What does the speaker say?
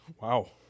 Wow